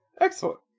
Excellent